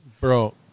bro